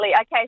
Okay